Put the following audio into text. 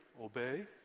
Obey